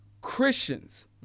Christians